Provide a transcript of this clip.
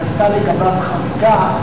נעשתה לגביו חקיקה,